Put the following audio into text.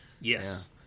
Yes